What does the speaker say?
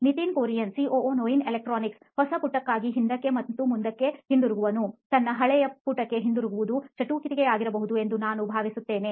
Nitin Kurian COO ನೋಯಿನ್ ಎಲೆಕ್ಟ್ರಾನಿಕ್ಸ್ಹೊಸ ಪುಟಕ್ಕಾಗಿ ಹಿಂದಕ್ಕೆ ಮತ್ತು ಮುಂದಕ್ಕೆ ಹಿಂತಿರುಗಿಸುವನು ತನ್ನ ಹಳೆಯ ಪುಟಕ್ಕೆ ಹಿಂತಿರುಗಿಸುವುದು ಚಟುವಟಿಕೆಯಾಗಿರಬೇಕು ಎಂದು ನಾನು ಭಾವಿಸುತ್ತೇನೆ